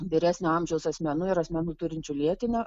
vyresnio amžiaus asmenų ir asmenų turinčių lėtinių